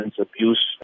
abuse